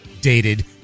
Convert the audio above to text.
dated